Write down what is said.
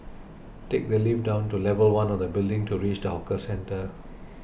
take the lift down to level one of the building to reach the hawker centre